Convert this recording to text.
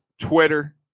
Twitter